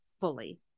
fully